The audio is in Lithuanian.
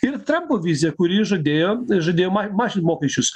ir trampo vizija kuri žadėjo žadėjo ma mažint mokesčius